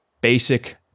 basic